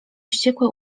wściekłe